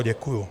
Děkuju.